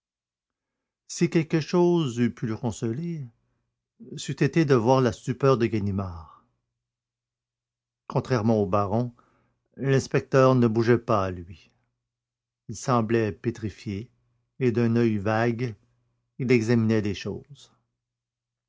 si quelque chose eût pu le consoler c'eût été de voir la stupeur de ganimard contrairement au baron l'inspecteur ne bougeait pas lui il semblait pétrifié et d'un oeil vague il examinait les choses